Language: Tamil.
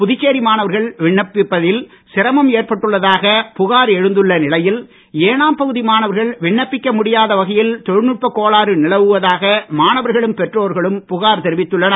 புதுச்சேரி மாணவர்கள் விண்ணப்பித்ததில் சிரமம் ஏற்பட்டுள்ளதாக புகார் எழுந்துள்ள நிலையில் ஏனாம் பகுதி மாணவர்கள் விண்ணப்பிக்க முடியாத வகையில் தொழில் நுட்ப கோளாறு நிலவுவதாக மாணவர்களும் பெற்றோர்களும் புகார் தெரிவித்துள்ளனர்